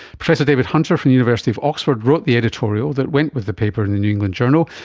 professor david hunter from the university of oxford wrote the editorial that went with the paper in the new england journal,